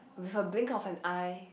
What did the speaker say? with a blink of an eye